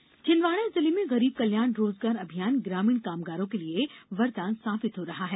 रोजगार अभियान छिंदवाड़ा जिले में गरीब कल्याण रोजगार अभियान ग्रामीण कामगारों के लिए वरदान साबित हो रहा है